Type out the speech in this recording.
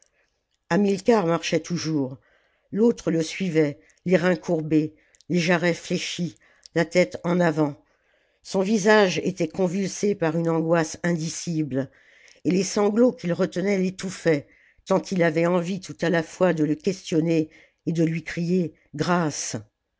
hamilcar marchait toujours l'autre le suivait les reins courbés les jarrets fléchis la tête en avant son visage était convulsé par une angoisse indicible et les sanglots qu'il retenait l'étouffaient tant il avait envie tout à la fois de le questionner et de lui crier grâce